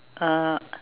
uh